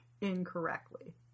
incorrectly